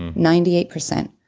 ninety eight percent.